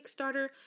Kickstarter